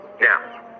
Now